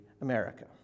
America